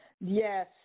Yes